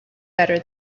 better